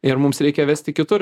ir mums reikia vesti kitur